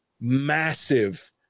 massive